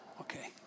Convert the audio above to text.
Okay